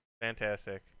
Fantastic